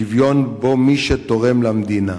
שוויון שבו מי שתורם למדינה